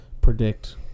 predict